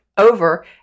Over